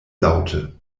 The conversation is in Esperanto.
laŭte